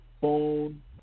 phone